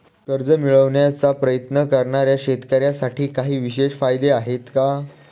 कर्ज मिळवण्याचा प्रयत्न करणाऱ्या शेतकऱ्यांसाठी काही विशेष फायदे आहेत का?